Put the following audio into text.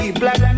black